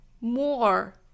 more